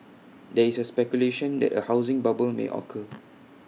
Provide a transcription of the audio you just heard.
there is speculation that A housing bubble may occur